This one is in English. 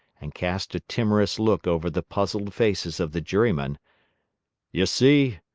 and cast a timorous look over the puzzled faces of the jurymen ye see,